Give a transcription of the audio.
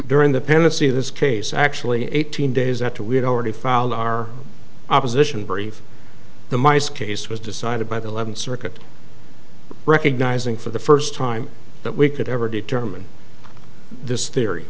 during the pendency of this case actually eighteen days after we had already filed our opposition brief the mice case was decided by the eleventh circuit recognizing for the first time that we could ever determine this theory